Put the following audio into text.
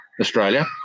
Australia